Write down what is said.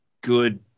good